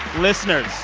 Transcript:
listeners,